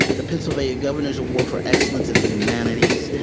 the pennsylvania governor's award for excellence in the humanities,